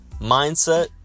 mindset